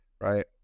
right